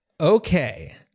Okay